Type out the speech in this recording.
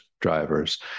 drivers